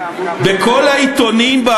בכל העיתונים,